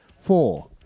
four